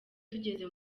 tugeze